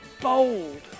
bold